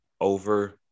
over –